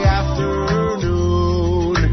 afternoon